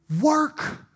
work